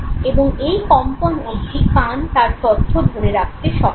এবং এই কম্পন অবধি কান তার তথ্য ধরে রাখতে সক্ষম